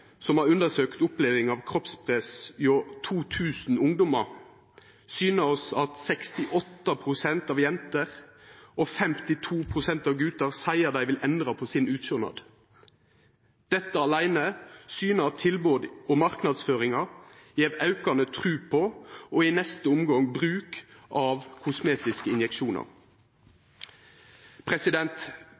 som har undersøkt opplevinga av kroppspress hjå 2 000 ungdomar, syner at 68 pst. av jentene og 52 pst. av gutane seier dei vil endra på utsjånaden sin. Dette aleine syner at tilbodet og marknadsføringa gjev aukande tru på og, i neste omgang, bruk av kosmetiske injeksjonar.